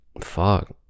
fuck